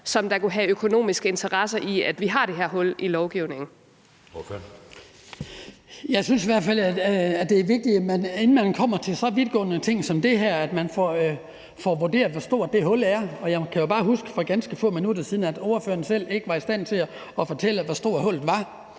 (Jeppe Søe): Ordføreren. Kl. 17:32 Hans Kristian Skibby (DD): Jeg synes i hvert fald, at det er vigtigt, inden man kommer til så vidtgående en ting som det her, at man får vurderet, hvor stort det hul er. Jeg kan bare huske, at for ganske få minutter siden var ordføreren ikke selv i stand til at fortælle, hvor stort hullet var.